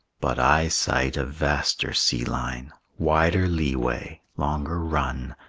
but i sight a vaster sea-line, wider lee-way, longer run,